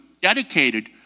dedicated